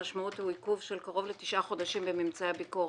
המשמעות היא עיכוב של קרוב לתשעה חודשים בממצאי הביקורת.